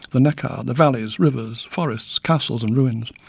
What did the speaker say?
the neckar, the valleys, rivers, forests, castles and ruins,